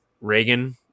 Reagan